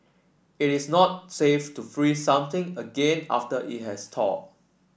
it is not safe to freeze something again after it has thawed